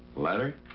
letter?